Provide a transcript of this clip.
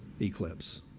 eclipse